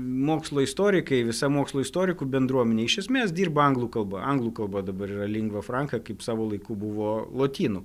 mokslo istorikai visa mokslo istorikų bendruomenė iš esmės dirba anglų kalba anglų kalba dabar yra lingva franka kaip savo laiku buvo lotynų